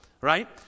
right